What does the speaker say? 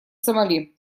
сомали